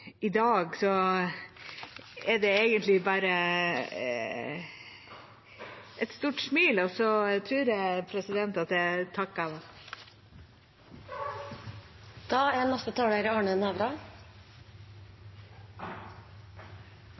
I dag er det egentlig bare et stort smil, og så tror jeg at jeg takker